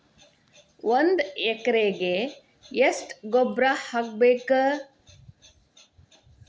ಒಂದ್ ಎಕರೆಗೆ ಎಷ್ಟ ಗೊಬ್ಬರ ಹಾಕ್ಬೇಕ್?